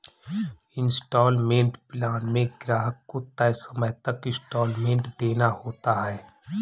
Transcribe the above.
instalment plan में ग्राहक को तय समय तक इन्सटॉलमेंट देना होता है